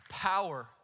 power